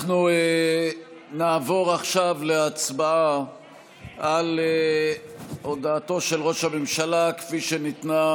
אנחנו נעבור עכשיו להצבעה על הודעתו של ראש הממשלה כפי שניתנה,